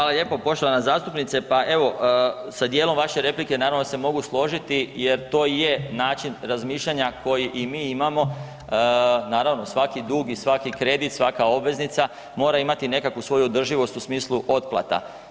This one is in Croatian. Hvala lijepo poštovana zastupnice, pa evo sa dijelom vaše replike naravno se mogu složiti jer to je način razmišljanja koji i mi imamo, naravno svaki dugi i svaki kredit, svaka obveznica mora imati nekakvu svoju održivost u smislu otplata.